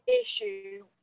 issue